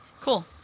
Cool